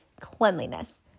cleanliness